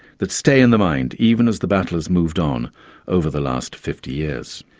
that stay in the mind, even as the battle has moved on over the last fifty years.